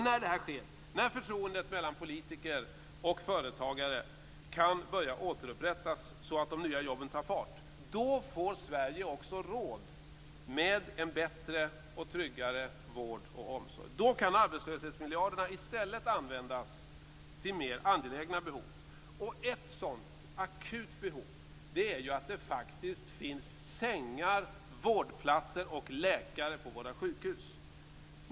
När detta sker, när förtroendet mellan politiker och företagare kan börja återupprättas så att de nya jobben tar fart, då får Sverige också råd med en bättre och tryggare vård och omsorg. Då kan arbetslöshetsmiljarderna i stället användas till mer angelägna behov. Ett sådant akut behov är att det skall finnas tillräckligt med sängar, vårdplatser och läkare på våra sjukhus.